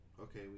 Okay